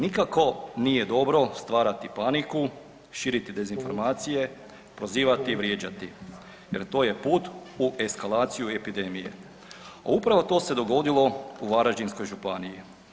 Nikako nije dobro stvarati paniku, širiti dezinformacije, prozivati i vrijeđati jer to je put u eskalaciju epidemije, a upravo to se dogodilo u Varaždinskoj županiji.